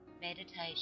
meditation